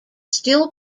still